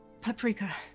Paprika